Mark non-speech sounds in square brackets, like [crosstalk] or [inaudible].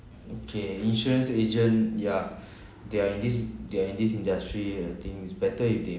okay insurance agent ya [breath] they are in this they are in this industry I think it's better if they